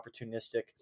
opportunistic